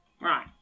Right